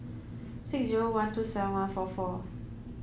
six zero one two seven one four four